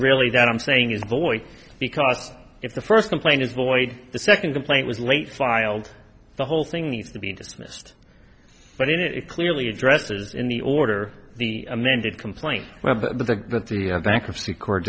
really that i'm saying is void because it's the first complaint is void the second complaint was late filed the whole thing needs to be dismissed but it clearly addresses in the order the amended complaint went to the bankruptcy court